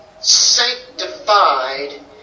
Sanctified